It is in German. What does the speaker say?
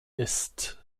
ist